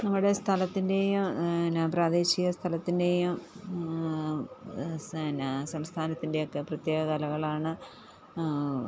നമ്മുടെ സ്ഥലത്തിൻ്റേയും പിന്നെ പ്രാദേശിക സ്ഥലത്തിൻ്റെയും പിന്നെ സംസ്ഥാനത്തിൻ്റെയൊക്കെ പ്രത്യേക കലകളാണ്